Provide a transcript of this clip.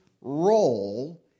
role